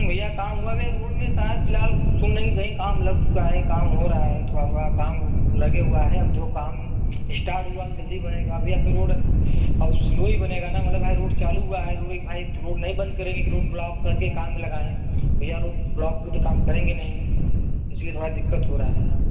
भैया काम हुआ है भैया रोड में फ़िलहाल सुन रहे हैं कि काम लग चुका है काम हो रहा है थोड़ा थोड़ा काम लगा हुआ है अब जो काम इस्टार्ट हुआ तो जल्दी बनेगा भैया अब तो रोड स्लो ही बनेगा ना मतलब भाई रोड चालू हुआ है वह रोड बंद नहीं करेंगे कि रोड ब्लॉक कर के काम में लगाएं भैया रोड ब्लॉक में तो काम करेंगे नहीं इसी लिए थोड़ा दिक्कत हो रही है